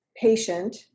patient